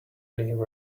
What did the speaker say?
leave